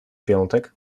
piątek